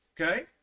Okay